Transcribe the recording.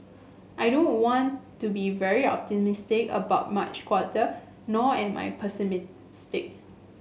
I don't want to be very optimistic about March quarter nor am I pessimistic